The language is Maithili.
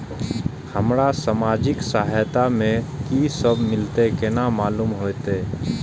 हमरा सामाजिक सहायता में की सब मिलते केना मालूम होते?